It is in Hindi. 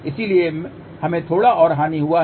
इसलिए हमें थोड़ा और हानि हुआ है